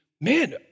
man